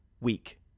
week